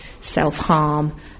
self-harm